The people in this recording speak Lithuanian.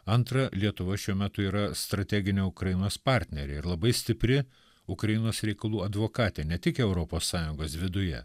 antra lietuva šiuo metu yra strateginė ukrainos partnerė ir labai stipri ukrainos reikalų advokatė ne tik europos sąjungos viduje